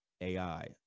AI